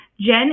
Jen